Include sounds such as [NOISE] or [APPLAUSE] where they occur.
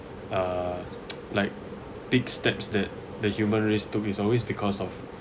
uh [NOISE] like big steps that the human race took is always because of